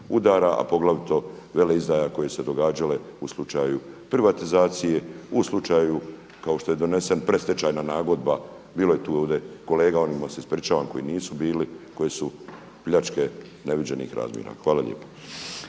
a poglavito veleizdaja koje su se događale u slučaju privatizacije, u slučaju kao što je donesena predstečajna nagodba. Bilo je tu ovdje kolega, onima se ispričavam koji nisu bili, koji su pljačke neviđenih razmjera. Hvala lijepa.